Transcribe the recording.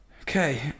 Okay